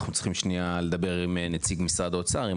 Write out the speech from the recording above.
אנחנו צריכים שנייה לדבר עם נציג משרד האוצר אם